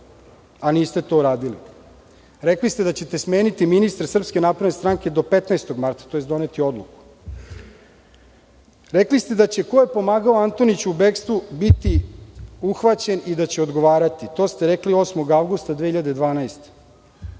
a niste to uradili? Rekli ste da ćete smeniti ministra SNS do 15. marta, tj. doneti odluku. Rekli ste da će ko je pomagao Antoniću u bekstvu biti uhvaćen i da će odgovarati. To ste rekli 8. avgusta 2012.